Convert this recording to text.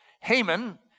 Haman